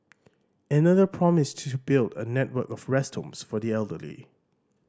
another promised to build a network of rest homes for the elderly